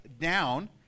down